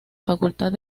facultad